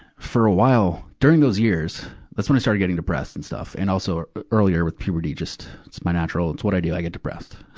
for a while, during those years that's when i started getting depressed and stuff, and also earlier, with puberty just, it's my natural, it's what i do, i get depressed.